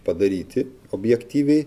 padaryti objektyviai